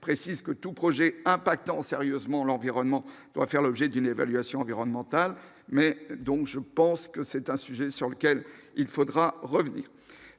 précise que tout projet impactant sérieusement l'environnement doit faire l'objet d'une évaluation environnementale, mais donc je pense que c'est un sujet sur lequel il faudra revenir